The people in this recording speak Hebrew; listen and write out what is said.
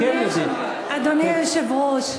אדוני היושב-ראש,